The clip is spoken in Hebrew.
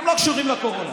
הן לא קשורות לקורונה.